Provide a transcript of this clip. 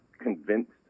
convinced